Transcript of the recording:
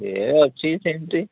ସେ ଅଛି ସେମିତି